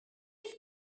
daddy